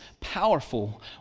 powerful